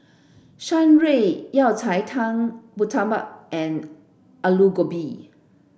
Shan Rui Yao Cai Tang Murtabak and Aloo Gobi